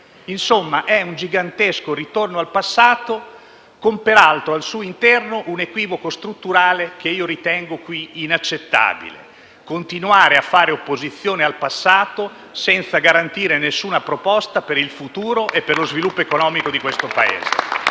contratto è un gigantesco ritorno al passato, al cui interno, peraltro, insiste un equivoco strutturale che ritengo inaccettabile: continuare a fare opposizione al passato senza garantire nessuna proposta per il futuro e per lo sviluppo economico di questo Paese.